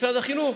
משרד החינוך